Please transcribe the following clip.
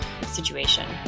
situation